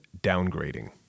downgrading